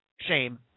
shame